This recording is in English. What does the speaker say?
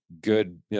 good